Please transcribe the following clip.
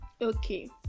Okay